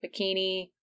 bikini